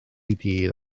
dydd